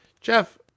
Jeff